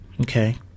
Okay